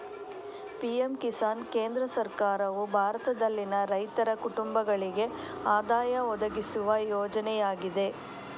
PM Kisan ಕೇಂದ್ರ ಸರ್ಕಾರವು ಭಾರತದಲ್ಲಿನ ರೈತರ ಕುಟುಂಬಗಳಿಗೆ ಆದಾಯ ಒದಗಿಸುವ ಯೋಜನೆಯಾಗಿದೆ